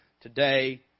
today